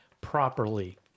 properly